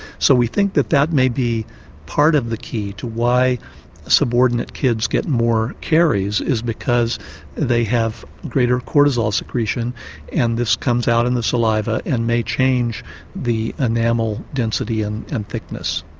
so we think that that may be part of the key as to why subordinate kids get more caries is because they have greater cortisol secretion and this comes out in the saliva and may change the enamel density and and thickness.